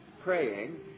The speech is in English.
praying